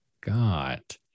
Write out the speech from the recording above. got